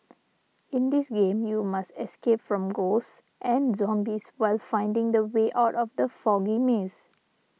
in this game you must escape from ghosts and zombies while finding the way out of the foggy maze